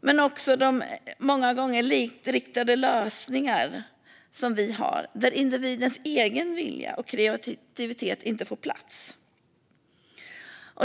men det är också de många gånger likriktade lösningar som vi har, där individens egen vilja och kreativitet inte får plats.